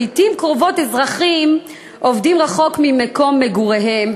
לעתים קרובות אזרחים עובדים רחוק ממקום מגוריהם,